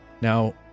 Now